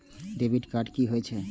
Debit card की होय छे?